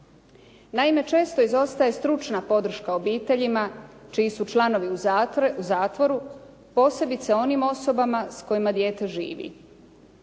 Naime, često izostaje stručna podrška obiteljima čiji su članovi u zatvoru, posebice onim osobama s kojima dijete živi.